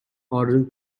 ordering